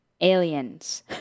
aliens